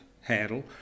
handle